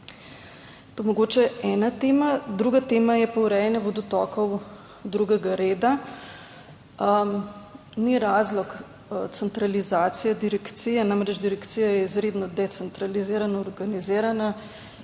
je mogoče ena tema. Druga tema je pa urejanje vodotokov drugega reda. Ni razlog centralizacija direkcije, namreč direkcija je izredno decentralizirano organizirana,